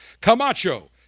Camacho